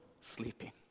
sleeping